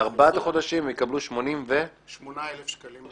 בארבעת החודשים יקבלו 88,000 שקלים לחודש.